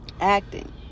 acting